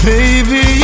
Baby